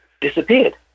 disappeared